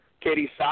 Katie